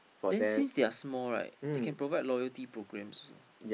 then since they are small right they can provide loyalty program so